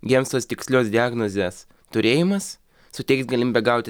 jiems tos tikslios diagnozės turėjimas suteiks galimybę gauti